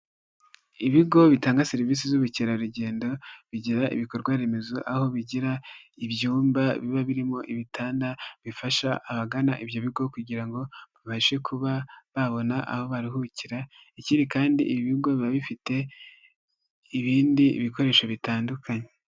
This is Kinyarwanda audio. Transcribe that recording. Ibigo bitanga serivisi z'ubukerarugendo, bigira ibikorwa remezo, aho bigira ibyumba biba birimo ibitanda bifasha abagana ibyo bigo kugira ngo babashe kuba babona aho baruhukira, ikindi kandi ibi bigo biba bifite ibindi bikoresho bitandukanye.